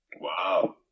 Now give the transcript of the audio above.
Wow